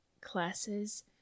classes